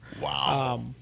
wow